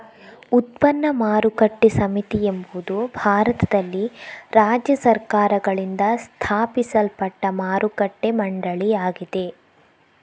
ಉತ್ಪನ್ನ ಮಾರುಕಟ್ಟೆ ಸಮಿತಿ ಎಂಬುದು ಭಾರತದಲ್ಲಿ ರಾಜ್ಯ ಸರ್ಕಾರಗಳಿಂದ ಸ್ಥಾಪಿಸಲ್ಪಟ್ಟ ಮಾರುಕಟ್ಟೆ ಮಂಡಳಿಯಾಗಿದೆ